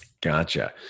Gotcha